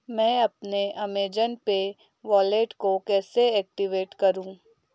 मैं अपने Amazon pay wallet को कैसे ऐक्टिवेट करूँ